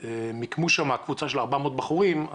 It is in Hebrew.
מיקמו שם קבוצה של 400 בחורים צעירים,